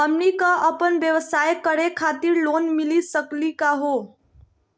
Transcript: हमनी क अपन व्यवसाय करै खातिर लोन मिली सकली का हो?